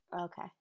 Okay